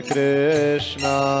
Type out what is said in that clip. Krishna